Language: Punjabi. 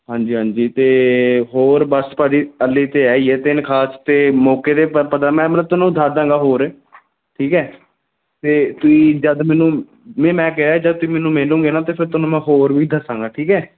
ਹਾਂਜੀ ਹਾਂਜੀ ਤੇ ਹੋਰ ਬਸ ਭਾਅ ਜੀ ਹਾਲੇ ਤਾਂ ਇਹ ਹੀ ਹੈ ਤਿੰਨ ਖਾਸ ਅਤੇ ਮੌਕੇ 'ਤੇ ਪ ਪਤਾ ਮੈਂ ਮਤਲਬ ਤੁਹਾਨੂੰ ਦੱਸ ਦਿਆਂਗਾ ਹੋਰ ਠੀਕ ਹੈ ਅਤੇ ਤੁਸੀਂ ਜਦ ਮੈਨੂੰ ਨਹੀਂ ਮੈਂ ਕਿਹਾ ਜਦ ਤੁਸੀਂ ਮੈਨੂੰ ਮਿਲੋਗੇ ਨਾ ਤਾਂ ਫਿਰ ਤੁਹਾਨੂੰ ਮੈਂ ਹੋਰ ਵੀ ਦੱਸਾਂਗਾ ਠੀਕ ਹੈ